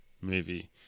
movie